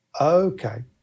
okay